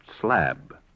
slab